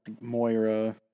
Moira